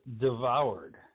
Devoured